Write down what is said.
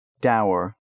Dower